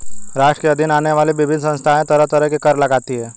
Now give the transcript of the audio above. राष्ट्र के अधीन आने वाली विविध संस्थाएँ तरह तरह के कर लगातीं हैं